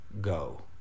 go